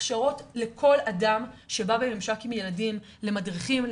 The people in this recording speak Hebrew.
הכשרות לכל אדם שבא בממשק עם ילדים למדריכים,